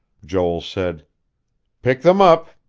joel said pick them up.